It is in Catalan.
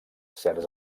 certs